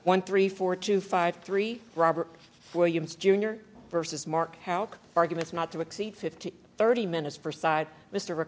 one three four to five three robert williams jr versus mark out arguments not to exceed fifteen thirty minutes per side mr